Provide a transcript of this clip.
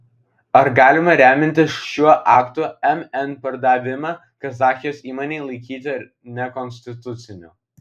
ar galima remiantis šiuo aktu mn pardavimą kazachijos įmonei laikyti nekonstituciniu